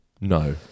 No